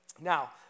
now